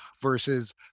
versus